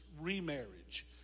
remarriage